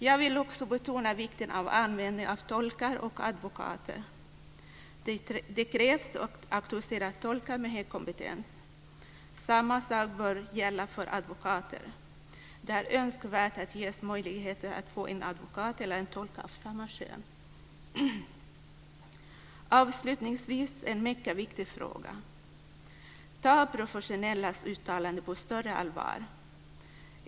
Jag vill också betona vikten av anlitandet av tolkar och advokater. Det krävs auktoriserade tolkar med hög kompetens. Samma sak bör gälla beträffande advokater. Det är önskvärt att man ges möjlighet att få en advokat eller en tolk av sitt eget kön. Avslutningsvis vill jag hålla fram en mycket viktig fråga. Ta professionellas uttalanden på största allvar!